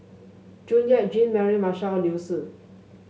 June Yap Jean Mary Marshall and Liu Si